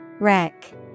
wreck